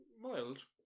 Mild